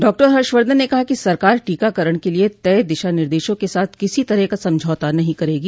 doctor Harshvardhan ने कहा कि सरकार टीकाकरण के लिए तय दिशा निर्देशों के साथ किसी तरह का समझौता नहीं करेगी